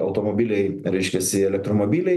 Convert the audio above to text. automobiliai reiškiasi elektromobiliai